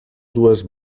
dues